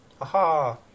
Aha